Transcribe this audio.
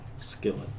Skillet